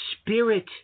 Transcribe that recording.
Spirit